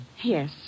Yes